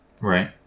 Right